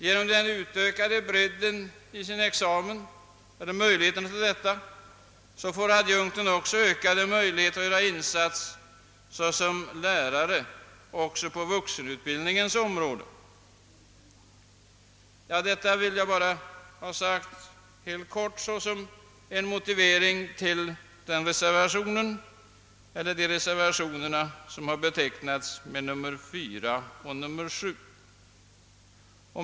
Genom den större bredden i sin examen får adjunkten nämligen ökade möjligheter att göra en insats såsom lärare på vuxenutbildningens område. Detta vill jag ha nämnt såsom en kort motivering till de reservationer som har betecknats med nr 4 och nr 7.